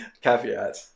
caveat